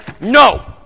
No